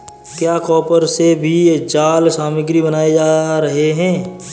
क्या कॉपर से भी जाल सामग्री बनाए जा रहे हैं?